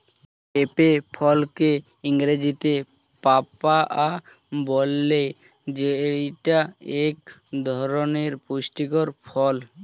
পেঁপে ফলকে ইংরেজিতে পাপায়া বলে যেইটা এক ধরনের পুষ্টিকর ফল